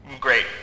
Great